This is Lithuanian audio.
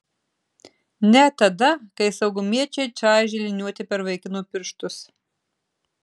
ne tada kai saugumiečiai čaižė liniuote per vaikino pirštus